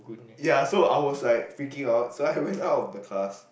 ya so I was like freaking out so I went out of the class